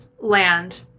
Land